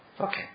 Okay